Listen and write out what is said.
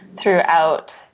throughout